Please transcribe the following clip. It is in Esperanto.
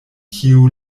kiu